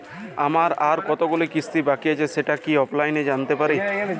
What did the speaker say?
আমার আর কতগুলি কিস্তি বাকী আছে সেটা কি অনলাইনে জানতে পারব?